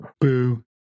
Boo